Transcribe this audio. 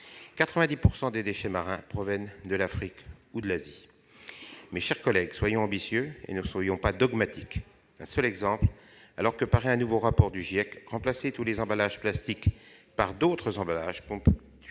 90 % des déchets marins proviennent d'Afrique ou d'Asie. Mes chers collègues, soyons ambitieux, mais non pas dogmatiques. Alors que paraît un nouveau rapport du GIEC, remplacer tous les emballages en plastique par d'autres emballages multiplierait